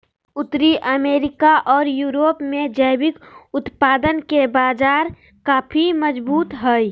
उत्तरी अमेरिका ओर यूरोप में जैविक उत्पादन के बाजार काफी मजबूत हइ